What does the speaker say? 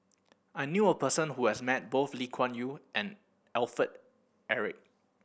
I knew a person who has met both Lee Kuan Yew and Alfred Eric